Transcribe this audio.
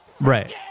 right